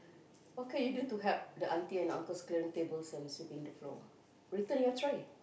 okay you do to help the auntie and uncle clearing tables and sweeping the floor return your tray